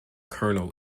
kernel